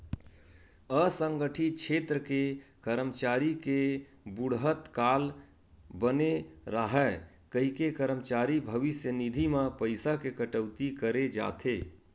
असंगठित छेत्र के करमचारी के बुड़हत काल बने राहय कहिके करमचारी भविस्य निधि म पइसा के कटउती करे जाथे